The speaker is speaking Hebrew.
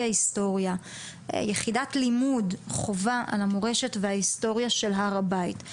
ההיסטוריה יחידת לימוד חובה על המורשת וההיסטוריה של הר הבית.